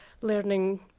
learning